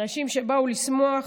אנשים שבאו לשמוח,